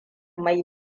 mai